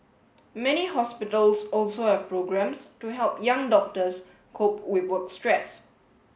many hospitals also have programmes to help young doctors cope with work stress